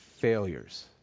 failures